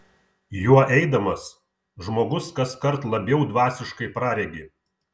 juo eidamas žmogus kaskart labiau dvasiškai praregi